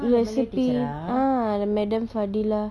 the recipe ah the madam fadilah